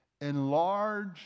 Enlarge